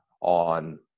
on